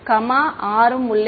மாணவர் comma r உம் உள்ளே